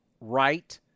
right